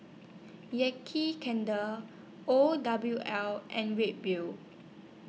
Yankee Candle O W L and Red Bull